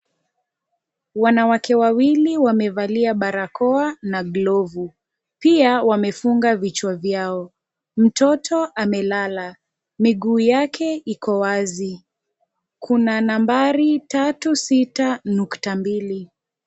Wanawake wawili wamevalia barakoa na glovu. Pia wamefunga vichwa vyao. Mtoto amelala, miguu yake iko wazi. Kuna nambari 36.2.